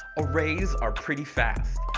arrays are pretty fast.